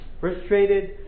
frustrated